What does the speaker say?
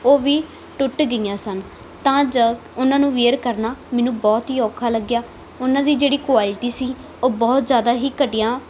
ਉਹ ਵੀ ਟੁੱਟ ਗਈਆਂ ਸਨ ਤਾਂ ਜਦ ਉਹਨਾਂ ਨੂੰ ਵੇਅਰ ਕਰਨਾ ਮੈਨੂੰ ਬਹੁਤ ਹੀ ਔਖਾ ਲੱਗਿਆ ਉਹਨਾਂ ਦੀ ਜਿਹੜੀ ਕੁਆਲਿਟੀ ਸੀ ਉਹ ਬਹੁਤ ਜ਼ਿਆਦਾ ਹੀ ਘਟੀਆ